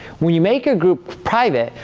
when you make a group private,